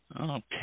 Okay